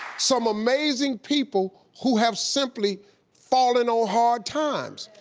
some amazing people who have simply fallen on hard times.